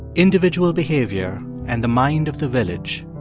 individual behavior and the mind of the village,